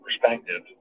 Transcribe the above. perspective